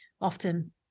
often